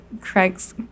Craig's